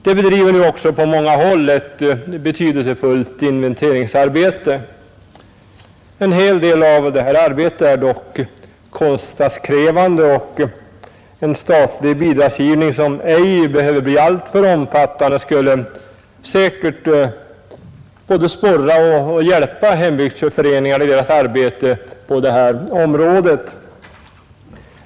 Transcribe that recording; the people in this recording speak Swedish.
Det bedrives nu också på många håll ett betydelsefullt inventeringsarbete. En hel del av allt detta arbete är dock kostnadskrävande, och en statlig bidragsgivning som ej behöver bli alltför omfattande skulle säkert både sporra och hjälpa hembygdsföreningarna i deras arbete på detta område.